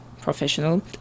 professional